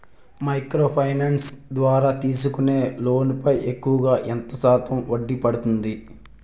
Micro finance ద్వారా తీసుకునే loan పై ఎక్కువుగా ఎంత శాతం వడ్డీ పడుతుంది?